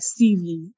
CV